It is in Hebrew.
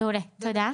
מעולה, תודה.